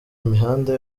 imihanda